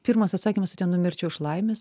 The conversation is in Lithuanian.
pirmas atsakymas tai ten numirčiau iš laimės